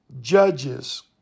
judges